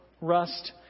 rust